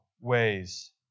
ways